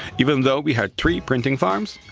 even though we had three printing farms,